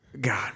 God